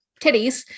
titties